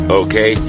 okay